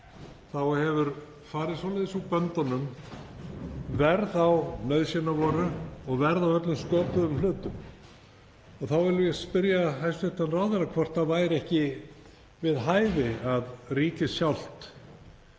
þá hefur farið svoleiðis úr böndunum verð á nauðsynjavörum og verð á öllum sköpuðum hlutum. Þá vil ég spyrja hæstv. ráðherra hvort það væri ekki við hæfi að ríkið sjálft